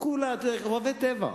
וכולה, אוהבי טבע,